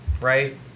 right